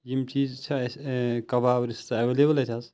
یِم چیٖز چھا اسۍ کباب رِستہٕ اٮ۪ولیبل اتہِ حَظ